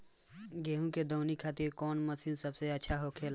गेहु के दऊनी खातिर कौन मशीन सबसे अच्छा होखेला?